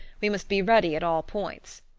we must be ready at all points.